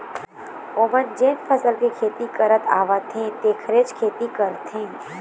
ओमन जेन फसल के खेती करत आवत हे तेखरेच खेती करथे